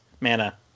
Mana